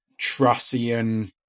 trussian